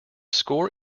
score